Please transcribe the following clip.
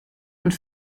und